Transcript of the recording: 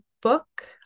book